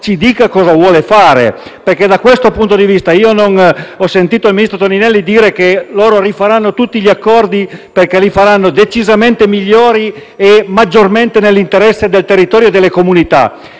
ci dica cosa intende fare. Sotto questo profilo, ho sentito il ministro Toninelli dire che rifaranno tutti gli accordi, perché li faranno decisamente migliori e maggiormente nell'interesse del territorio e delle comunità.